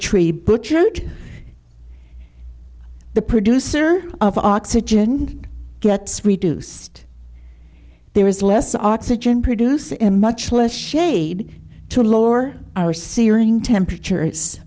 tree butchered the producer of oxygen gets reduced there is less oxygen produce and much less shade to lower our searing temperatures